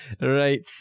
right